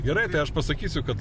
gerai tai aš pasakysiu kad